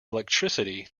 electricity